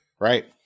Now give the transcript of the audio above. Right